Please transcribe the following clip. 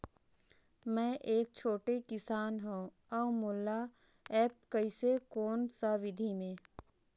मै एक छोटे किसान हव अउ मोला एप्प कइसे कोन सा विधी मे?